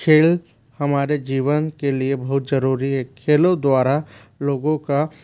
खेल हमारे जीवन के लिए बहुत जरुरी है खेलों द्वारा लोगों का